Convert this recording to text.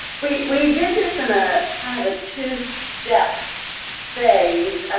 we we did this in ah kind of a two-step phase.